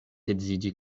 edziĝi